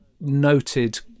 noted